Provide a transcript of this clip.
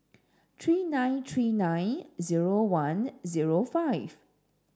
three nine three nine zero one zero five